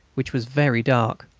which was very dark.